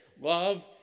love